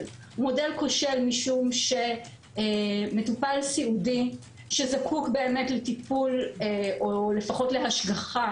משום שמטופל סיעודי שזקוק באמת לטיפול או לפחות להשגחה